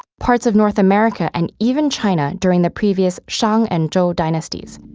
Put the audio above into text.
parts of north america and even china during the previous shang and zhou dynasties.